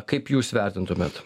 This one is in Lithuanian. kaip jūs vertintumėt